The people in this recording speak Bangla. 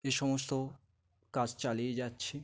এ সমস্ত কাজ চালিয়ে যাচ্ছি